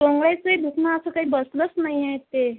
तंगड्याचंही दुखणं असं काही बसलंच नाही आहे ते